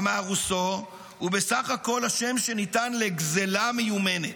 אמר רוסו, הוא בסך הכול השם שניתן לגזלה מיומנת,